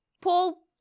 Paul